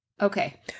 okay